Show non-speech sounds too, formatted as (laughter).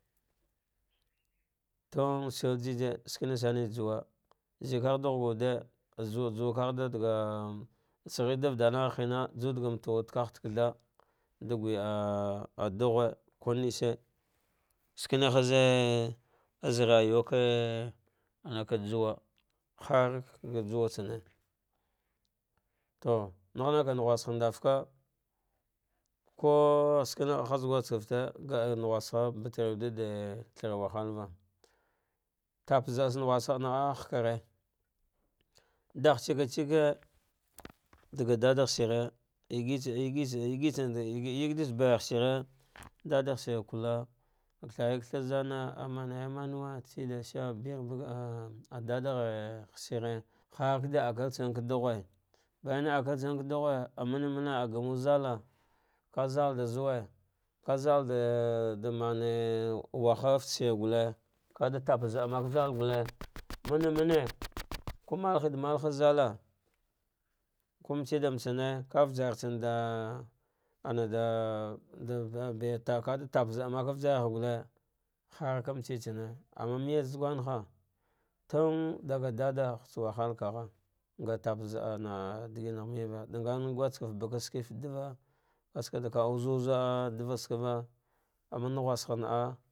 Tunsaljeji skenesane juwa zai ka gha dughawude zuduka gha dad ga jul she da va danagha judaga matawude kagh da lecjha da guah ah dughe ko nashi shikene ke rayawa ka juwa harka juwa tsane to naghinaka naghusha ndavka koskama haz guskefte nga ah batar wuche da thara wa halua, tapzaah tsa na husna zannah hakane dah ake ciki dafa dadaghs nare, yegeyege yeditsa bayahsni, dadaghshi kula ab kaghari kaghzana ah manarimanwe adashe ah dadaghshiri harka akel tsan dughe bayan akal tsan ka dughe, ah mane mane a gamu zala, ka zalda zuwe, ka zalda de de manem wahal fati shire gule, vada taba za'a maka zaltsane (noise) mane mane ko malahe da malaha zaltsane ko mbetse da mbetsane ka ujantsan da ana da de de beri taba tab zaah make ujargha gule, harki metsetsana ama mejatsa zagwangha tun daga dada dughtsa wahal kagh ngra tab za ah ana da gangh me yalla, nganm guskefte baka shinfata davava, kaskada wuzu wuzu a devats aka amma nuhusha na'ah.